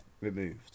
removed